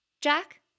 Jack